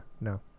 no